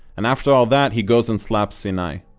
and after all that he goes and slaps sinai.